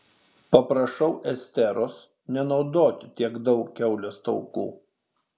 paprašau esteros nenaudoti tiek daug kiaulės taukų